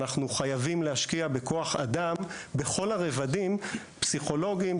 אנחנו חייבים להשקיע בכוח האדם בכל הרבדים הפסיכולוגיים,